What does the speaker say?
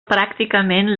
pràcticament